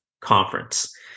conference